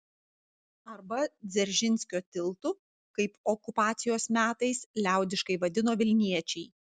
arba dzeržinskio tiltu kaip okupacijos metais liaudiškai vadino vilniečiai